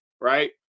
right